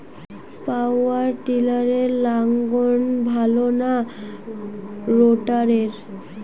পাওয়ার টিলারে লাঙ্গল ভালো না রোটারের?